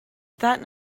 that